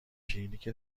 کلینیک